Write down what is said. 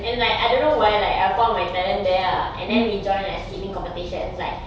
and like I don't know why like I found my talent there ah and then we joined like skipping competitions like